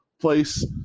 place